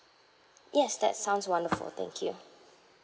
yes that sounds wonderful thank you